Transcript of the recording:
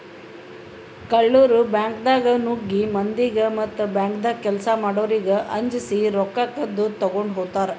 ಕಳ್ಳರ್ ಬ್ಯಾಂಕ್ದಾಗ್ ನುಗ್ಗಿ ಮಂದಿಗ್ ಮತ್ತ್ ಬ್ಯಾಂಕ್ದಾಗ್ ಕೆಲ್ಸ್ ಮಾಡೋರಿಗ್ ಅಂಜಸಿ ರೊಕ್ಕ ಕದ್ದ್ ತಗೊಂಡ್ ಹೋತರ್